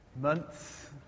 months